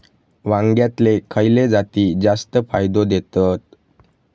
वांग्यातले खयले जाती जास्त फायदो देतत?